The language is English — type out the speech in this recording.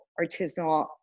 artisanal